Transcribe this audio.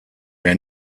der